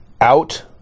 Out